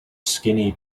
skinny